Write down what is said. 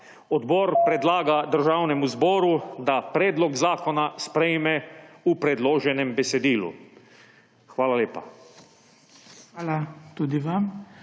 odbor predlaga Državnemu zboru, da predlog zakona sprejme v predloženem besedilu. Hvala lepa. PODPREDSEDNIK